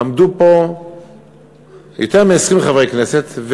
עמדו פה יותר מ-20 חברי כנסת,